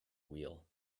wheel